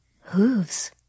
Hooves